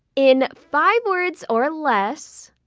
in five words or less,